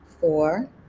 four